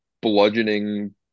bludgeoning